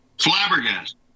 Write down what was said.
Flabbergasted